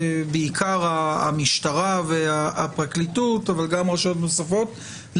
בעיקר המשטרה והפרקליטות אבל גם רשויות נוספות,